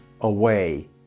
away